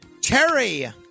Terry